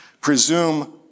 presume